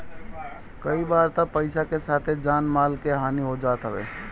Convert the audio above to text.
कई बार तअ पईसा के साथे जान माल के हानि हो जात हवे